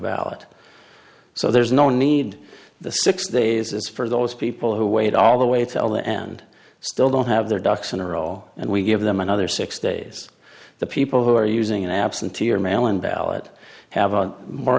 ballot so there is no need the six days is for those people who wait all the way till the end still don't have their ducks in a row and we give them another six days the people who are using an absentee or mail in ballot have a more